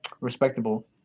respectable